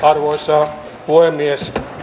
arvoisa puhemies